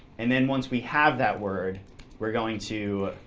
and then once we have that word we're going to